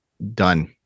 done